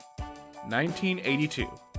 1982